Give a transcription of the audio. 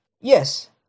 Yes